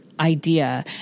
idea